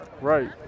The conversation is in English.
Right